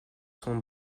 son